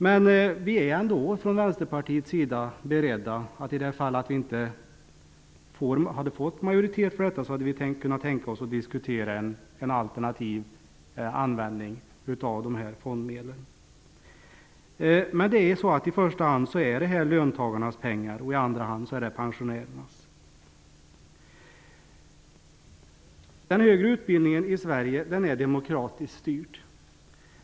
I det fall det inte hade blivit majoritet för detta, hade vi från Vänsterpartiets sida kunnat tänka oss att diskutera en alternativ användning av fondmedlen. I första hand är det löntagarnas pengar, och i andra hand är det pensionärernas. Den högre utbildningen i Sverige är demokratiskt styrd.